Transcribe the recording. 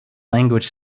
language